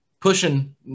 pushing